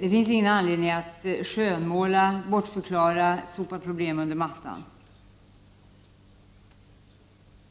Det finns ingen anledning att skönmåla, bortförklara eller sopa problem under mattan.